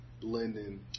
blending